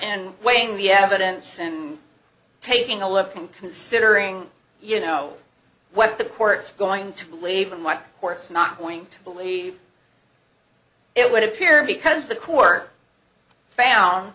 and weighing the evidence and taking a look and considering you know what the court's going to believe and what works not going to believe it would appear because the core found